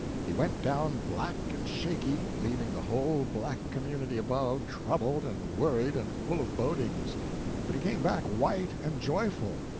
he went down black and shaky, leaving the whole black community above troubled and worried and full of bodings but he came back white and joyful,